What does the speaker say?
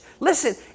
Listen